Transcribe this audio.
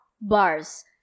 bars